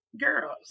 girls